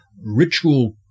ritual